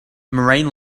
marine